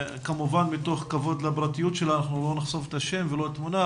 כמובן מתוך כבוד לפרטיות שלה אנחנו לא נחשוף את השם ולא תמונה,